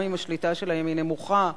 גם אם השליטה שלהם היא נמוכה,